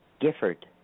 Gifford